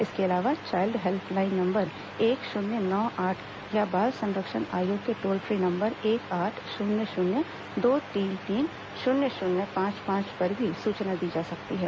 इसके अलावा child help line number एक शून्य नौ आठ या बाल संरक्षण आयोग के टोल फ्री एक आठ शून्य शून्य दो तीन तीन शून्य शून्य पांच पांच पर भी सूचना दी जा सकती है